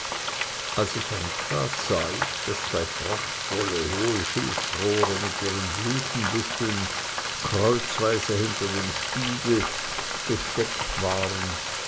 als ich eintrat sah ich daß zwei prachtvolle hohe schilfrohre mit ihren blütenbüscheln kreuzweise hinter den spiegel gesteckt waren